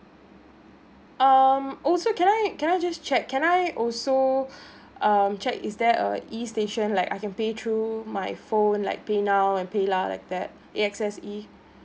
um also can I can I just check can I also um check is there a e station like I can pay through my phone like paynow and PayLah like that A_X_S E